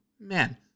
man